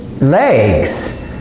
legs